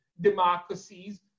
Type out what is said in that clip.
democracies